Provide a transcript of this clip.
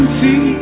see